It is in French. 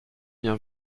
bien